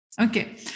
Okay